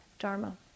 dharma